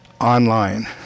online